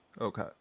okay